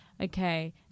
Okay